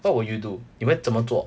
what will you do 你们怎么做